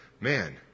man